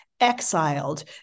Exiled